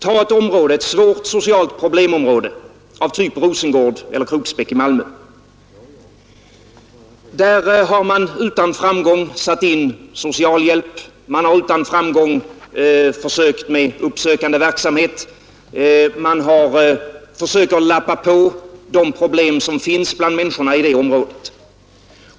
Tag ett område, ett svårt socialt problemområde av typen Rosengård eller Kroksbäck i Malmö. Där har man utan framgång satt in socialhjälp, man har försökt med uppsökande verksamhet, man har försökt lappa över de problem som finns bland människorna där.